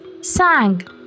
sang